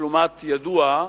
דיפלומט ידוע,